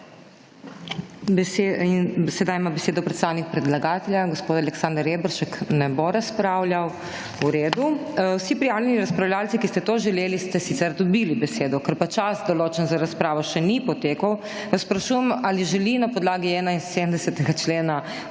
Sedaj ima besedo predstavnik predlagatelja, gospod Aleksander Reberšek. Ne bo razpravljal. V redu. Vsi prijavljeni razpravljavci, ki ste to želeli, ste sicer dobili besedo, ker pa čas, določen za razpravo, še ni potekel, vas sprašujem ali želi na podlagi 71. člena